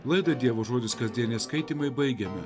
laidą dievo žodis kasdieniai skaitymai baigiame